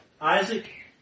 Isaac